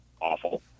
awful